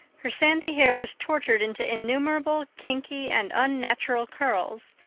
her sandy hair was tortured into innumerable kinky and unnatural curls,